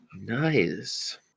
Nice